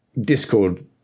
discord